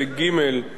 7ג(ב)